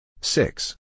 Six